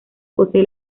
posee